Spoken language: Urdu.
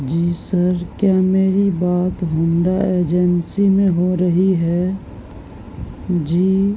جی سر کیا میری بات ہنڈا ایجنسی میں ہو رہی ہے جی